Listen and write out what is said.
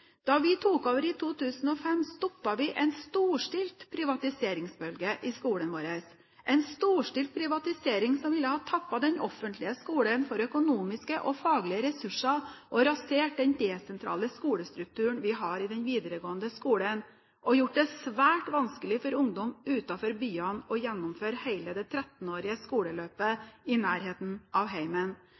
Da vi tok over i 2005, stoppet vi en storstilt privatiseringsbølge i skolen vår – en storstilt privatisering som ville ha tappet den offentlige skolen for økonomiske og faglige ressurser, rasert den desentraliserte skolestrukturen vi har i den videregående skolen, og gjort det svært vanskelig for ungdom utenfor byene å gjennomføre hele det 13-årige skoleløpet i nærheten av